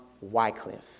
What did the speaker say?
Wycliffe